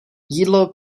jídlo